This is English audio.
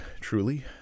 truly